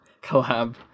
Collab